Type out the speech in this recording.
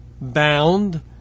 bound